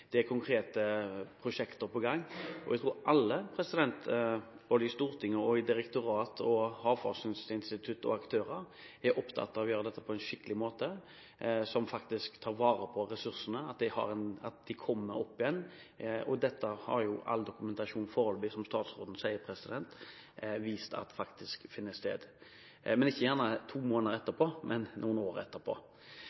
Det er konkrete prosjekter på gang. Jeg tror alle, både storting, direktorat, havforskningsinstitutt og aktører, er opptatt av å gjøre dette på en skikkelig måte; faktisk å ta vare på ressursene slik at de kommer opp igjen. Dette har jo all foreløpig dokumentasjon, som statsråden sier, vist finner sted – gjerne ikke to måneder